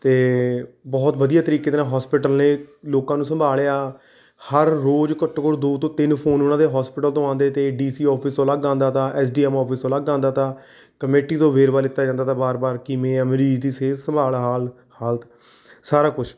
ਅਤੇ ਬਹੁਤ ਵਧੀਆ ਤਰੀਕੇ ਦੇ ਨਾਲ ਹੋਸਪੀਟਲ ਨੇ ਲੋਕਾਂ ਨੂੰ ਸੰਭਾਲਿਆ ਹਰ ਰੋਜ਼ ਘੱਟੋ ਘੱਟ ਦੋ ਤੋਂ ਤਿੰਨ ਫੋਨ ਉਹਨਾਂ ਦੇ ਹੌਸਪੀਟਲ ਤੋਂ ਆਉਂਦੇ ਤੇ ਡੀ ਸੀ ਔਫਿਸ ਤੋਂ ਅਲੱਗ ਆਉਂਦਾ ਤਾ ਐੱਸ ਡੀ ਐਮ ਔਫਿਸ ਤੋਂ ਅਲੱਗ ਆਉਂਦਾ ਤਾ ਕਮੇਟੀ ਤੋਂ ਵੇਰਵਾ ਲਿੱਤਾ ਜਾਂਦਾ ਤਾ ਵਾਰ ਵਾਰ ਕਿਵੇਂ ਆ ਮਰੀਜ਼ ਦੀ ਸਿਹਤ ਸੰਭਾਲ ਹਾਲ ਹਾਲਤ ਸਾਰਾ ਕੁਛ